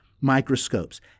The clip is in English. microscopes